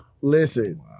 listen